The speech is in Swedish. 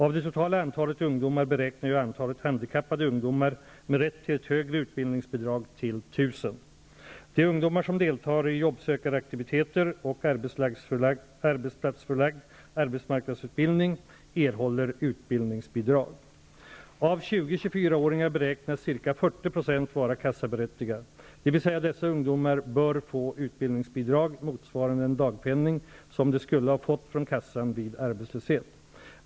Av det totala antalet ungdomar beräknar jag antalet handikappade ungdomar med rätt till ett högre utbildningsbidrag till 1 000. Av 20--24-åringarna beräknas ca 40 % vara kassa berättigade; dvs. dessa ungdomar bör få utbild ningsbidrag motsvarande den dagpenning som de skulle ha fått från kassan vid arbetslöshet.